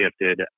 shifted